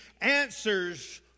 answers